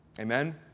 Amen